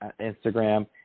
Instagram